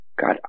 God